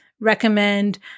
recommend